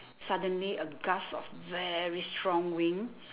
suddenly a gust of very strong wind